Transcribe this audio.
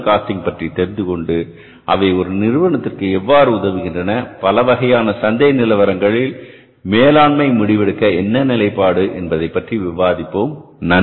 marginal costing பற்றி தெரிந்துகொண்டு அவை ஒரு நிறுவனத்திற்கு எவ்வாறு உதவுகின்றன பலவகையான சந்தை நிலவரங்கள் மேலாண்மை முடிவெடுக்க என்ன நிலைப்பாடு என்பதைப்பற்றி விவாதிப்போம்